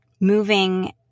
moving